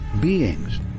beings